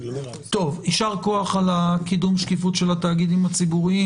יישר כוח על קידום השקיפות של התאגידים הציבוריים.